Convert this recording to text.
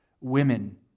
women